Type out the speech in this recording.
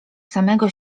samego